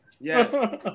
Yes